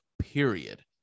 period